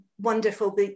wonderful